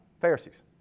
Pharisees